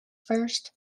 first